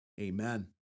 Amen